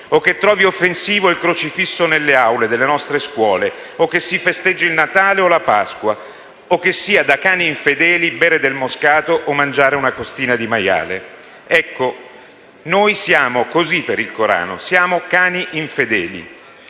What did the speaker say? o che trovi offensivo il crocifisso nelle aule delle nostre scuole, o che si festeggi il Natale o la Pasqua o che sia da "cani infedeli" bere del Moscato o mangiare una costina di maiale. Ecco, noi siamo così per il Corano: siamo cani infedeli,